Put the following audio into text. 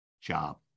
job